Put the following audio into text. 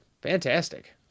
fantastic